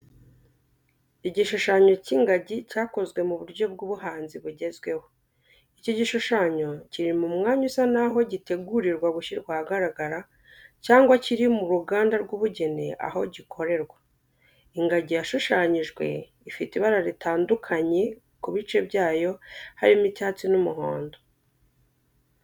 Igishushanyo cy’ingagi cyakozwe mu buryo bw'ubuhanzi bugezweho. Iki gishushanyo kiri mu mwanya usa naho gitegurirwa gushyirwa ahagaragara, cyangwa kiri mu ruganda rw’ubugeni aho gikorerwa, ingagi yashushanyijwe ifite ibara ritandukanye ku bice byayo, harimo icyatsi, n'umuhodo.